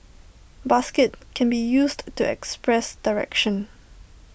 basket can be used to express direction